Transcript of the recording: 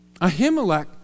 Ahimelech